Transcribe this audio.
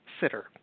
sitter